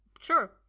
sure